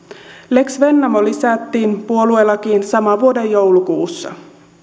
lex vennamo lisättiin puoluelakiin saman vuoden joulukuussa